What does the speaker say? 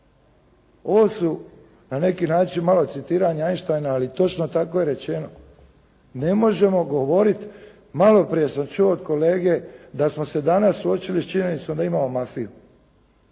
Ovu su na neki način malo citiranja Einsteina, ali točno je tako rečeno, ne možemo govoriti, malo prije sam čuo od kolege da smo se danas suočili sa činjenicom da imamo mafiju.